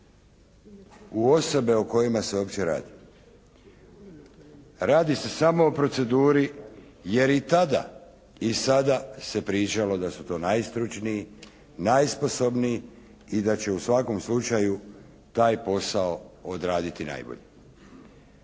u osobe o kojima se uopće radi. Radi se samo o proceduri jer i tada i sada se pričalo da su to najstručniji, najsposobniji i da će u svakom slučaju taj posao odraditi najbolje.